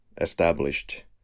established